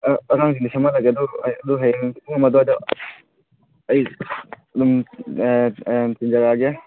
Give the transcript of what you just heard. ꯑꯉꯥꯡꯁꯤꯡꯗ ꯁꯦꯝꯍꯜꯂꯒꯦ ꯑꯗꯨ ꯑꯗꯨ ꯍꯌꯦꯡ ꯄꯨꯡ ꯑꯃ ꯑꯗ꯭ꯋꯥꯏꯗ ꯑꯩ ꯑꯗꯨꯝ ꯊꯤꯟꯖꯔꯛꯑꯒꯦ